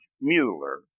Mueller